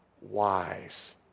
wise